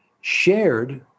Shared